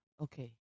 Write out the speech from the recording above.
okay